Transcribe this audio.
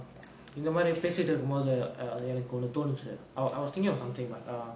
இந்தமாரி பேசிட்டு இருக்குமோது எனக்கு ஒன்னு தோனுச்சு:inthamaari pesittu irukkumothu enakku onnu thonuchu I I was thinking of something but uh